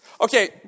Okay